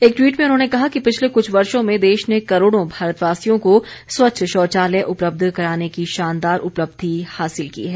एक द्वीट में उन्होंने कहा कि पिछले कुछ वर्षों में देश ने करोड़ों भारतवासियों को स्वच्छ शौचालय उपलब्ध कराने की शानदार उपलब्धि हासिल की है